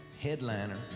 headliner